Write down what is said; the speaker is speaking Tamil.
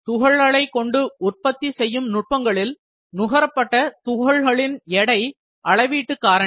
துகள்களைக் கொண்டு உற்பத்தி செய்யும் நுட்பங்களில் நுகரப்பட துகள்களின் எடை அளவீட்டு காரணி